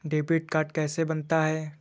Debit card कैसे बनता है?